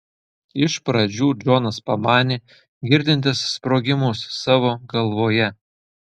iš pradžių džonas pamanė girdintis sprogimus savo galvoje